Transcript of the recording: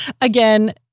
again